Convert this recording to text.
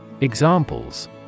Examples